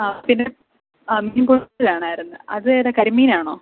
ആ പിന്നെ മീൻ പൊള്ളിച്ചത് വേണമായിരുന്നു അതേതാണ് കരിമീനാണോ